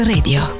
Radio